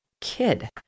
kid